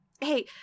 Hey